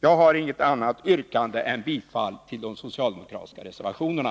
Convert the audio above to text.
Jag har inget annat yrkande än bifall till de socialdemokratiska reservationerna.